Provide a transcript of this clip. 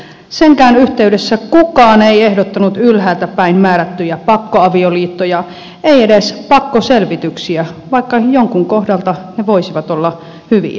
senkään yhteydessä kukaan ei ehdottanut ylhäältä päin määrättyjä pakkoavioliittoja ei edes pakkoselvityksiä vaikka jonkun kohdalla ne voisivat olla hyviä